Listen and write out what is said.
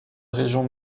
région